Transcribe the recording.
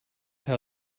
how